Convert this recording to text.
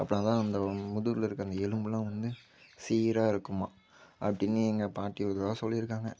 அப்புறந்தான் அந்த முதுகில் இருக்கிற அந்த எலும்புலாம் வந்து சீராக இருக்குமா அப்படின்னு எங்கள் பாட்டி ஒருதரம் சொல்லியிருக்காங்க